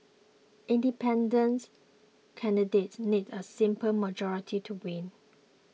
independent candidates need a simple majority to win